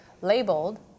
labeled